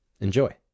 Enjoy